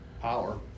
Power